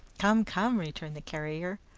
come, come! returned the carrier,